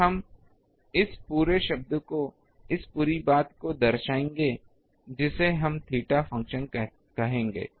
तो हम इस पूरे शब्द को इस पूरी बात को दर्शायेंगे जिसे हम थीटा फंक्शन कहेंगे